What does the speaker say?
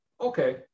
okay